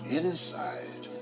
inside